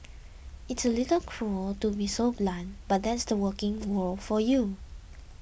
it's a little cruel to be so blunt but that's the working world for you